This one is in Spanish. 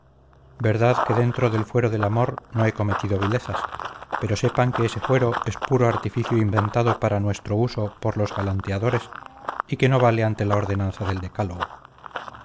verdad que dentro del fuero del amor no he cometido vilezas pero sepan que ese fuero es puro artificio inventado para nuestro uso por los galanteadores y que no vale ante la ordenanza del decálogo